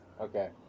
Okay